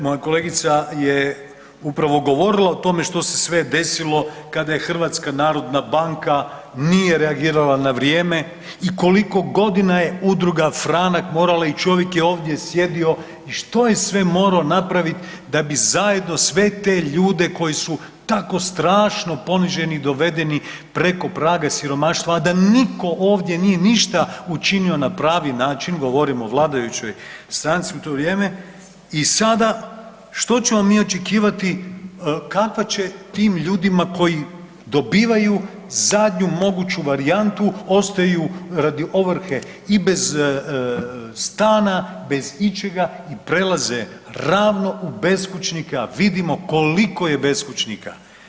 Moja kolegica je upravo govorila o tome što se sve desilo kada je HNB nije reagirala na vrijeme i koliko godina je udruga Franak morala i čovjek je ovdje sjedio i što je sve morala napraviti da bi zajedno sve te ljude koji su tako strašno poniženi i dovedeni preko praga siromaštva, a da niko ovdje nije ništa učinio na pravi način, govorim o vladajućoj stranci u to vrijeme, i sada što ćemo mi očekivati, kakva će tim ljudima koji dobivaju zadnju moguću varijantu ostaju radi ovrhe i bez stana, bez ičega i prelaze ravno u beskućnike, a vidimo koliko je beskućnika.